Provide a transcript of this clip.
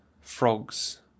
Frogs